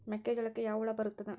ಮೆಕ್ಕೆಜೋಳಕ್ಕೆ ಯಾವ ಹುಳ ಬರುತ್ತದೆ?